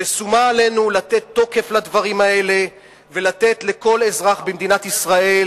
ושומה עלינו לתת תוקף לדברים האלה ולתת לכל אזרח במדינת ישראל